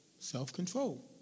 Self-control